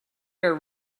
are